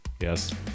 Yes